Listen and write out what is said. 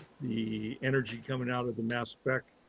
the energy coming out of the mass spec,